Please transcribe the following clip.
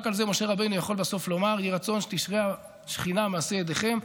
רק על זה משה רבנו יכול בסוף לומר: "יהי רצון שתשרה שכינה במעשה ידיכם".